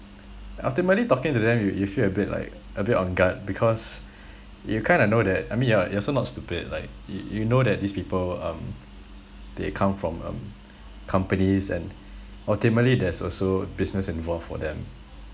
ultimately talking to them you you feel a bit like a bit on guard because you kind of know that I mean you're you are also not stupid like y~ you know that these people um they come from um companies and ultimately there's also business involved for them